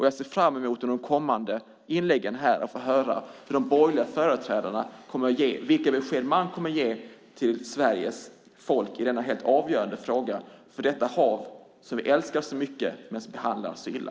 Jag ser fram emot att i de kommande inläggen här få höra vilka besked de borgerliga företrädarna kommer att ge till Sveriges folk i denna helt avgörande fråga för det hav som vi älskar så mycket men som vi behandlar så illa.